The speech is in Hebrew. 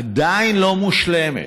עדיין לא מושלמת.